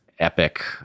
Epic